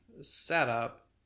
setup